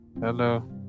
Hello